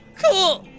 cool.